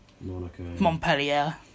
Montpellier